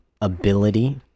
ability